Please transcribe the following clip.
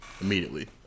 immediately